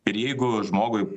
ir jeigu žmogui